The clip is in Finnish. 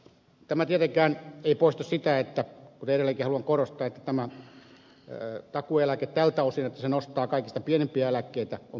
tämä tietenkään ei poista sitä kuten edelleenkin haluan korostaa että tämä takuueläke tältä osin että se nostaa kaikista pienimpiä eläkkeitä on paikallaan